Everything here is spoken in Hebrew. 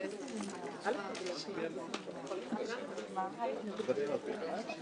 האם הפערים בשכר זה אפליה או אי אפליה.